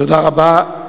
תודה רבה.